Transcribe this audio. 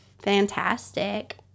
fantastic